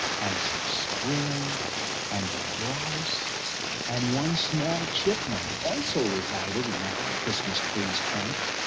and some squirrels and a grouse and one small chipmunk also resided in that and christmas tree trunk.